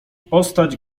postać